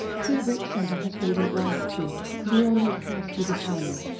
kubrick sent a husband and wife team, leon and kersti vitali,